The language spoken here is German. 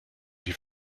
die